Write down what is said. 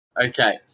Okay